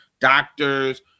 doctors